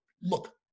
look